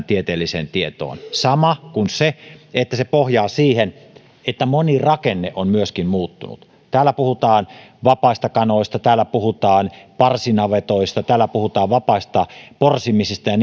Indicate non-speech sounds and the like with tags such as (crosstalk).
(unintelligible) tieteelliseen tietoon samoin kuin se pohjaa siihen että moni rakenne on myöskin muuttunut täällä puhutaan vapaista kanoista täällä puhutaan parsinavetoista täällä puhutaan vapaista porsimisista ja (unintelligible)